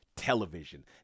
Television